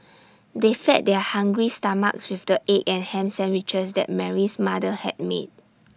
they fed their hungry stomachs with the egg and Ham Sandwiches that Mary's mother had made